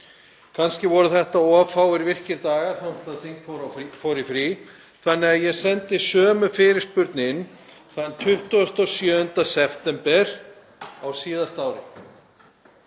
Kannski voru þetta of fáir virkir dagar þangað til að þing fór í frí þannig að ég sendi sömu fyrirspurn inn þann 27. september á síðasta ári.